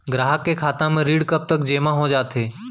ग्राहक के खाता म ऋण कब तक जेमा हो जाथे?